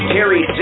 Terry